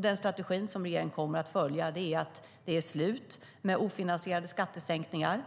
Den strategi som regeringen kommer att följa är att det är slut med de ofinansierade skattesänkningar